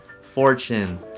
fortune